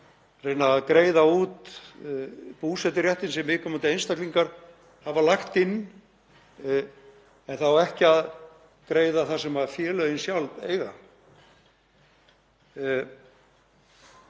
reyna að greiða út búseturéttinn sem viðkomandi einstaklingar hafa lagt inn en það á ekki að greiða það sem félögin sjálf eiga.